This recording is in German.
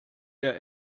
der